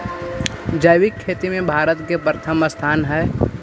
जैविक खेती में भारत के प्रथम स्थान हई